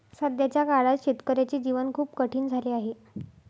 सध्याच्या काळात शेतकऱ्याचे जीवन खूप कठीण झाले आहे